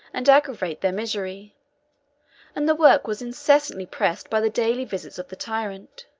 and aggravate their misery and the work was incessantly pressed by the daily visits of the tyrant.